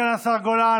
סגן השר גולן,